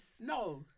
No